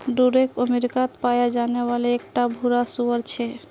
Duroc अमेरिकात पाया जाने वाला एक टा भूरा सूअर छे